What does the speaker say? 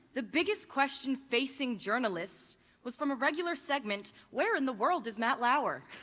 the biggest question facing journalists was from a regular segment, where in the world is matt lauer?